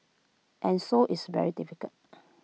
and so it's very difficult